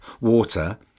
water